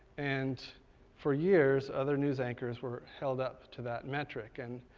and for years, other news anchors were held up to that metric, and